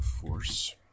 Force